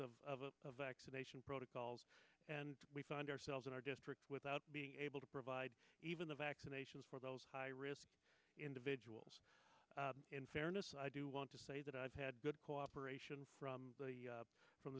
of vaccination protocols and we found ourselves in our district without being able to provide even the vaccinations for those high risk individuals in fairness i do want to say that i've had good cooperation from